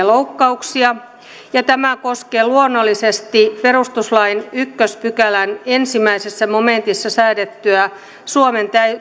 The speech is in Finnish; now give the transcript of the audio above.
loukkauksia ja tämä koskee luonnollisesti perustuslain ensimmäisen pykälän ensimmäisessä momentissa säädettyä suomen